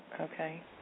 Okay